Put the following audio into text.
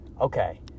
Okay